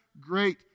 great